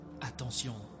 Attention